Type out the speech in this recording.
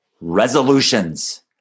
resolutions